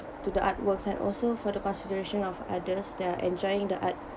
to the artworks and also for the consideration of others that are enjoying the art